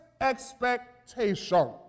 expectation